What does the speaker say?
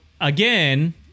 again